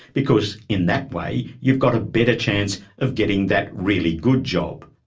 because in that way you've got a better chance of getting that really good job?